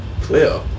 Clear